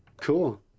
Cool